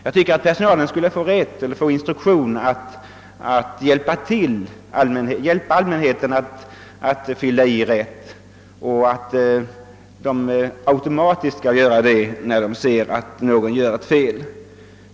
Jag tycker att personalen borde få instruktioner att hjälpa allmänheten att fylla i blanketten rätt. De bör automatiskt göra detta när de ser att en person gör fel.